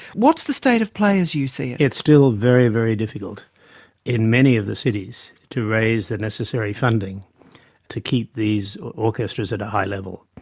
what's the state of play as you see it? it's still very, very difficult in many of the cities to raise the necessary funding to keep these orchestras at a high level.